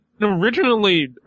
originally